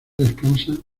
descansan